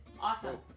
Awesome